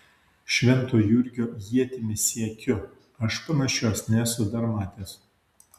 švento jurgio ietimi siekiu aš panašios nesu dar matęs